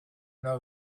though